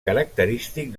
característic